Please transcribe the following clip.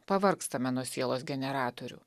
pavargstame nuo sielos generatorių